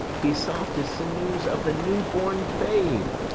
be soft as sinews of the new-born babe!